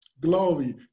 Glory